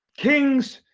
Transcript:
kings,